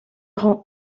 rend